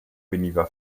veniva